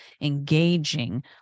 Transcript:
engaging